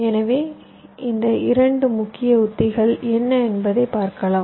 எனவே இந்த 2 முக்கிய உத்திகள் என்ன என்பதை பார்க்கலாம்